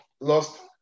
lost